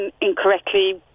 incorrectly